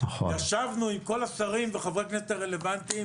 ישבנו עם כל השרים וחברי הכנסת הרלוונטיים